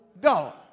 God